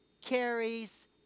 carries